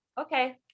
okay